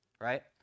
right